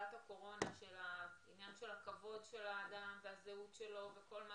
מחלת הקורונה בהקשר של הכבוד של האדם והזהות שלו וכל מה